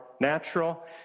natural